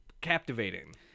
captivating